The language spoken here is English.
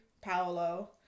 Paolo